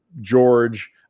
George